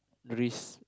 risk